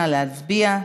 נא להצביע.